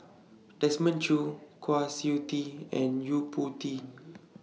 Desmond Choo Kwa Siew Tee and Yo Po Tee